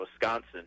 Wisconsin